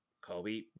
Kobe